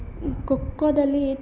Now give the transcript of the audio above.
ಈ ಖೋಖೋದಲ್ಲಿ